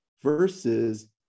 versus